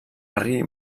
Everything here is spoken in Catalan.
arribi